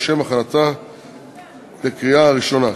לשם הכנתה לקריאה ראשונה.